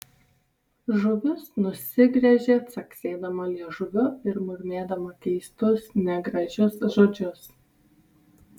žuvis nusigręžė caksėdama liežuviu ir murmėdama keistus negražius žodžius